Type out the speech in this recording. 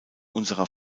unserer